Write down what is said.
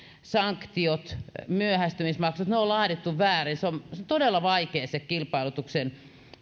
sanktiot myöhästymismaksut on laadittu väärin se on todella vaikea se kilpailutuksen